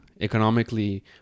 economically